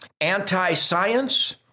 anti-science